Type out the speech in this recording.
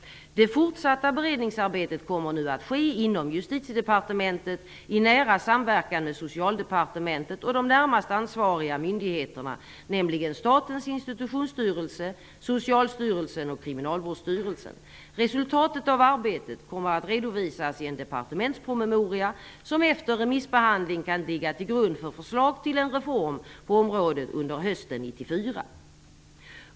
Det fortsatta beredningsarbetet kommer nu att ske inom Justitiedepartementet i nära samverkan med Socialdepartementet och de närmast ansvariga myndigheterna, nämligen Statens institutionsstyrelse, Socialstyrelsen och Kriminalvårdsstyrelsen. Resultatet av arbetet kommer att redovisas i en departementspromemoria, som efter remissbehandling kan ligga till grund för förslag till en reform på området under hösten 1994.